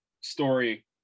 story